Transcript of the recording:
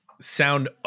sound